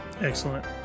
excellent